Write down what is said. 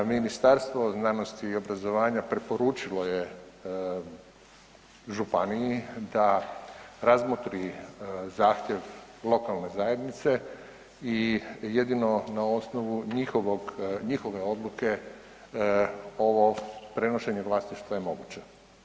Ministarstvo znanosti i obrazovanja preporučilo je županiji da razmotri zahtjev lokalne zajednice i jedino na osnovu njihove odluke ovo prenošenje vlasništva je moguće.